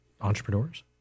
entrepreneurs